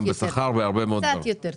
גם בשכר וגם ב --- קצת יותר טוב.